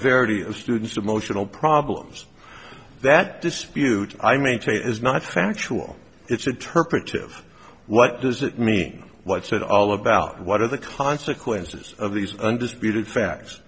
severity of students emotional problems that dispute i maintain is not factual it's interpretive what does it mean what's it all about what are the consequences of these undisputed